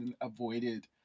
avoided